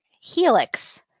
Helix